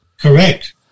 Correct